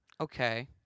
okay